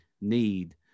need